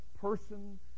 person